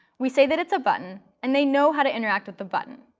we say that it's a button, and they know how to interact with the button.